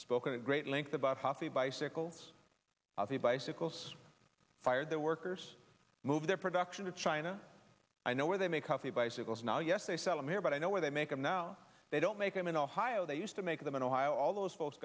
spoken at great length about half the bicycles of the bicycles fired their workers move their production to china i know where they make up the bicycles now yes they sell them here but i know where they make them now they don't make them in ohio they used to make them in ohio all those folks